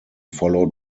followed